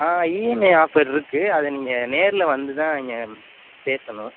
EMI offer இருக்குது அதை நீங்கள் நேரில் வந்து தான் இங்கே பேசணும்